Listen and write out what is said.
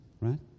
right